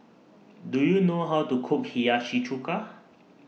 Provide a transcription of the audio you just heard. Do YOU know How to Cook Hiyashi Chuka